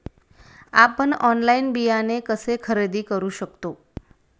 आपण ऑनलाइन बियाणे कसे खरेदी करू शकतो?